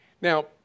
Now